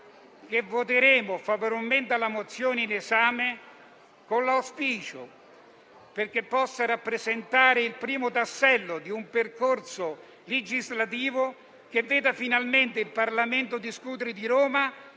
un voto favorevole alla mozione in esame con l'auspicio che essa possa rappresentare il primo tassello di un percorso legislativo che veda finalmente il Parlamento discutere di Roma